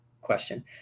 question